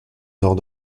nord